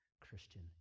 Christian